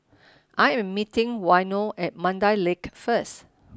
I am meeting Waino at Mandai Lake first